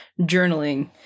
journaling